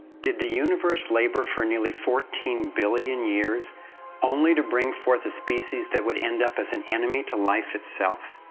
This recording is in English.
did the universe labor for nearly fourteen billion years only to bring forth a species that would end up as an enemy to life itself,